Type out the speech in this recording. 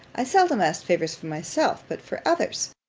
i seldom asked favours for myself, but for others.